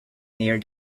near